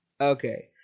Okay